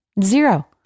zero